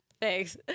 Thanks